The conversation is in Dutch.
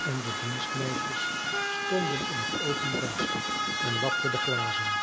en de dienstmeisjes stonden in het open venster en lapten de glazen